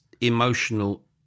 emotional